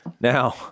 Now